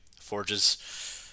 Forges